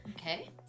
Okay